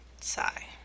Sigh